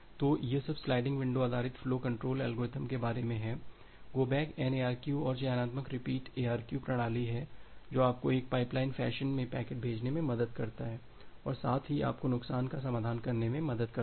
तो यह सब स्लाइडिंग विंडो आधारित फ्लो कंट्रोल एल्गोरिदम के बारे में है गो बैक N ARQ और चयनात्मक रिपीट ARQ प्रणाली है जो आपको एक पाइपलाइन फैशन में पैकेट भेजने में मदद करता है और साथ ही आपको नुकसान का समाधान करने में मदद करता है